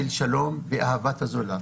שלום ואהבת הזולת.